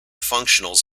functionals